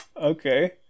Okay